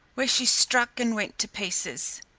where she struck and went to pieces,